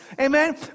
Amen